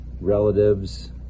relatives